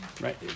right